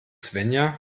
svenja